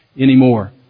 anymore